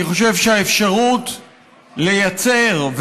אני חושב שהאפשרות לייצר,